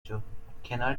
شد، کنار